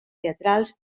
teatrals